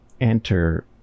enter